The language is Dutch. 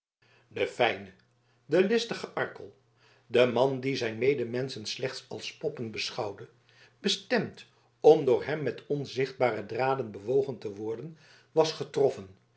de fijne de listige arkel de man die zijn medemenschen slechts als poppen beschouwde bestemd om door hem met onzichtbare draden bewogen te worden was getroffen